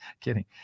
Kidding